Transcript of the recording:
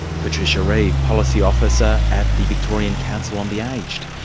patricia reeve, policy officer at the victorian council on the aging.